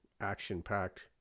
action-packed